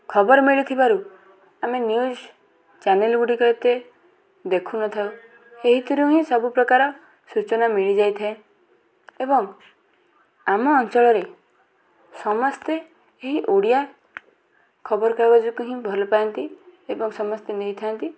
ଖବର ମିଳିଥିବାରୁ ଆମେ ନ୍ୟୁଜ୍ ଚ୍ୟାନେଲ୍ଗୁଡ଼ିକ ଏତେ ଦେଖୁନଥାଉ ଏହିଥିରୁ ହିଁ ସବୁପ୍ରକାର ସୂଚନା ମିଳିଯାଇଥାଏ ଏବଂ ଆମ ଅଞ୍ଚଳରେ ସମସ୍ତେ ଏହି ଓଡ଼ିଆ ଖବରକାଗଜକୁ ହିଁ ଭଲପାଆନ୍ତି ଏବଂ ସମସ୍ତେ ନେଇଥାନ୍ତି